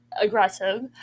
aggressive